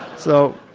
so,